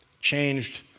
Changed